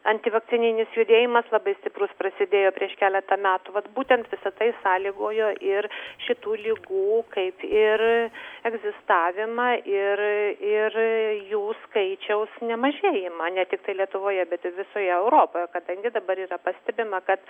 antivakcininis judėjimas labai stiprus prasidėjo prieš keletą metų vat būtent visa tai sąlygojo ir šitų ligų kaip ir egzistavimą ir ir jų skaičiaus nemažėjimą ne tiktai lietuvoje bet ir visoje europoje kadangi dabar yra pastebima kad